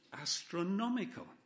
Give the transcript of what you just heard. astronomical